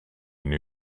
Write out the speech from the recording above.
new